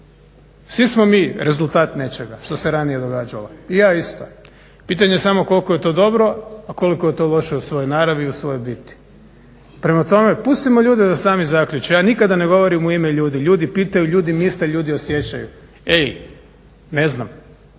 Svi smo mi rezultat nečega, što se ranije događalo. I ja isto. Pitanje je samo koliko je to dobro, a koliko je to loše u svojoj naravi, u svojoj biti. Prema tome, pustimo ljude da sami zaključe. Ja nikada ne govorim u ime ljudi, ljudi pitaju, ljudi misle, ljudi osjećaju. Ej, ne znam,